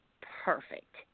perfect